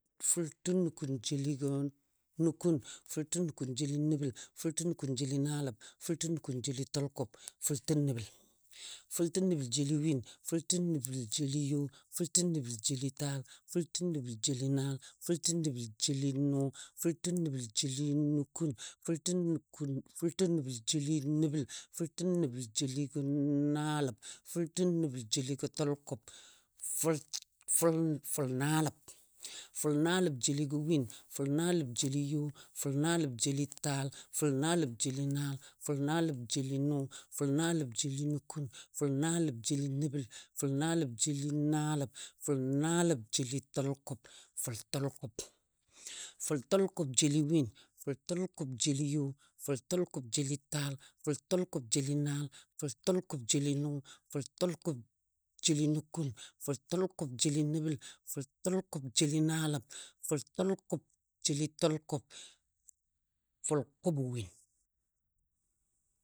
Fʊltənukun jeligɔ nukun, fʊltənulkun jeli nəbəl, fʊltənukun jeli naaləb, fʊltənukun jeli təlkʊb, fʊltə nəbəl, fʊltə nəbəl jeli win, fʊtəl nəbəl jeli yo feltə nəbəl jeli taal, fʊltə nəbəl jeli naal, fʊltə nəbəl jeli nʊ, fʊltə nəbəl jeli nukun, fʊltə nukun fʊltə nəbəl jeli nəbəl, fʊltə nəbəl jeli naaləb, fʊltə nələb jeligɔ təlkʊb, fʊlfʊl- fʊlnaaləb, fʊlnaaləb jeligɔ win, fʊlnaaləb jeli yo fʊlnaaləb jeli taal, fʊlnaaləb jeli naal, fʊlnaaləb jeli nʊ, fʊlnaaləb jeli nukun, fʊlnaaləb jeli nəbəl, fʊlnaaləb jeli naaləb, fʊlnaaləb jeli təlkʊb, fʊltəlkʊb, fʊltəlkʊb jeli win, fʊltəlkʊb jeli yo, fʊltəlkʊb jeli taal, fʊltəlkʊb jeli naal, fʊltəlkʊb jeli nʊ, fʊltəlkʊb jeli nəbəl, fʊltəlkʊb jeli naaləb, feltəlkʊb jeli təlkʊb, fʊlkʊbə win.